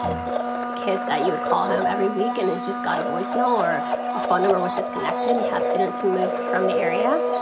kids that you would call home every week. and they've just got a voice mail or a phone number was disconnected. we had students who moved from the area.